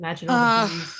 imagine